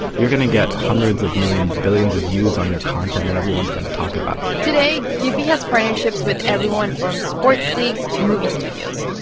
you're going to get hundreds of millions, billions of views on your content, and everyone's going to talk about it today giphy has partnerships with everyone from sports leagues to movie studios.